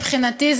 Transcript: מבחינתי,